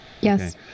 Yes